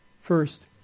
first